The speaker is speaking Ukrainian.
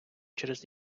через